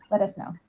let us know?